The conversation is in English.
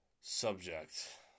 subject